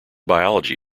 biology